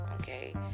okay